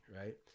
right